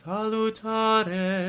Salutare